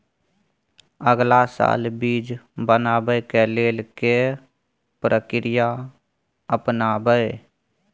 अगला साल बीज बनाबै के लेल के प्रक्रिया अपनाबय?